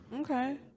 okay